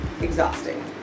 exhausting